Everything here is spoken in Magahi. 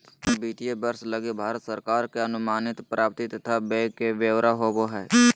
विवरण मे वित्तीय वर्ष लगी भारत सरकार के अनुमानित प्राप्ति तथा व्यय के ब्यौरा होवो हय